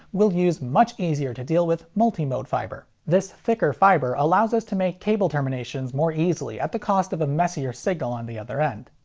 we'll use much easier to deal with multi-mode fiber. this thicker fiber allows us to make cable terminations more easily at the cost of a messier signal on the other end.